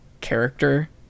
character